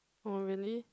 oh really